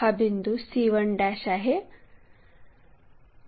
हा बिंदू c1 आहे